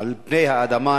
ביותר על פני האדמה,